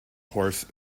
horse